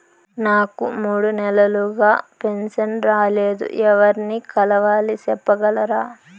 నాకు మూడు నెలలుగా పెన్షన్ రాలేదు ఎవర్ని కలవాలి సెప్పగలరా?